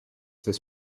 this